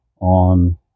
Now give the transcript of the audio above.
On